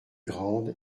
grande